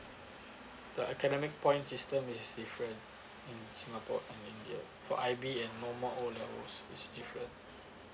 the academic point system is different in singapore and india for I_B and normal O levels is different